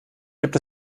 gibt